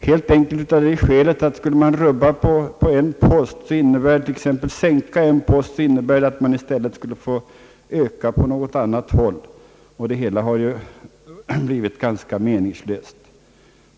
Detta beror helt enkelt på att om man skulle sänka en post, skulle det innebära att man skulle behöva öka på ett annat håll. Och det hela har blivit meningslöst.